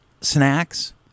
snacks